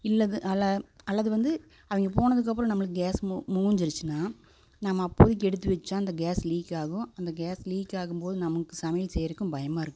இல்லைது அல்ல அல்லது வந்து அவங்க போனதுக்கு அப்புறம் நம்மளுக்கு கேஸ் மூஞ்சிடுச்சுன்னா நம்ம அப்போதைக்கு எடுத்து வைச்சா அந்த கேஸ் லீக் ஆகும் அந்த கேஸ் லீக் ஆகும் போது நமக்கு சமையல் செய்வதுக்கும் பயமாக இருக்கும்